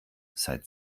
seit